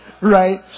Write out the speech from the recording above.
Right